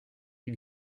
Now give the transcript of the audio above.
une